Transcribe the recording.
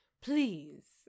Please